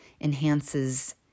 enhances